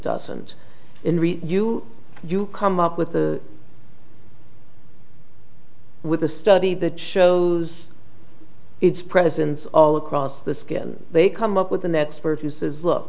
reach you you come up with the with the study that shows it's presence all across the skin they come up with an expert who says look